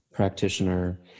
practitioner